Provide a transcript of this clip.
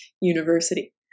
University